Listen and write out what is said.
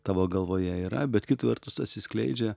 tavo galvoje yra bet kita vertus atsiskleidžia